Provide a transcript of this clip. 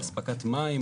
על אספקת מים,